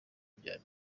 bya